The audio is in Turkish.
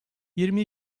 yirmi